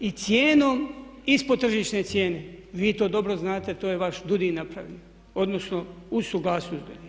I cijenom ispod tržišne cijene, vi to dobro znate, to je vaš DUUDI napravio odnosno uz suglasnost DUUDI-ja.